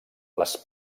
les